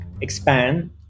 expand